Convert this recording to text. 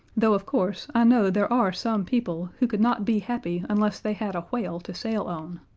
though, of course, i know there are some people who could not be happy unless they had a whale to sail on,